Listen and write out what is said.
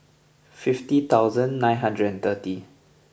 fifty thousand nine hundred and thirty